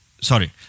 Sorry